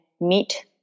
meet